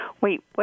wait